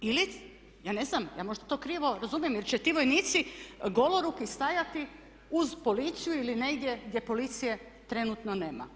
Ili, ja ne znam, ja možda to krivo razumijem jer će ti vojnici goloruki stajati uz policiju ili negdje gdje policije trenutno nema.